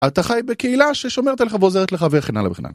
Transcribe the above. אתה חי בקהילה ששומרת עליך ועוזרת לך וכן הלאה וכן הלאה.